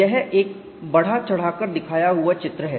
यह एक बढ़ा चढ़ा कर दिखाया हुआ चित्र है